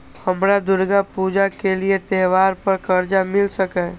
हमरा दुर्गा पूजा के लिए त्योहार पर कर्जा मिल सकय?